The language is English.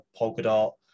Polkadot